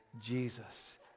Jesus